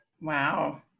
Wow